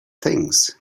things